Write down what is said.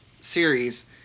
series